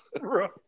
Right